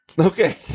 Okay